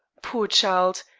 poor child!